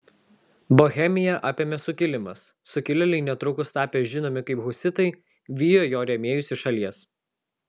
bohemiją apėmė sukilimas sukilėliai netrukus tapę žinomi kaip husitai vijo jo rėmėjus iš šalies